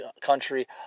country